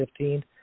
2015